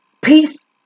Peace